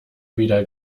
wieder